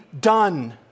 done